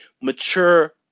mature